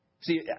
See